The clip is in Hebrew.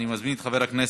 אני מזמין את חבר הכנסת